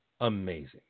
amazing